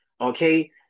Okay